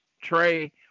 Trey